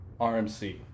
RMC